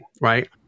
Right